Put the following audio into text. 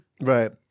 Right